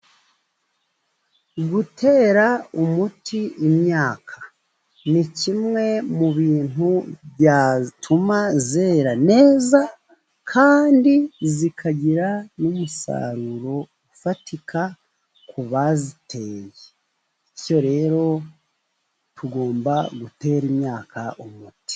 Gutera umuti imyaka ni kimwe mu bintu byatuma yera neza, kandi ikagira n'umusaruro ufatika ku bayiteye. Bityo rero tugomba gutera imyaka umuti.